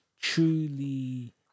truly